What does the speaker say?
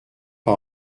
pas